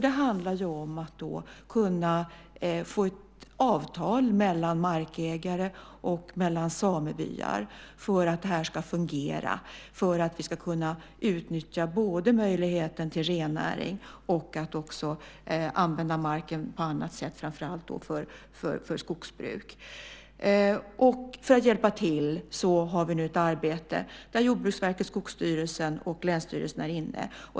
Det handlar om att kunna få ett avtal mellan markägare och samebyar för att det här ska fungera och för att vi ska utnyttja möjligheten till rennäring och också använda marken på annat sätt, framför allt för skogsbruk. För att hjälpa till har vi nu ett arbete som innefattar Jordbruksverket, Skogsstyrelsen och länsstyrelserna.